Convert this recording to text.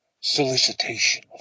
solicitation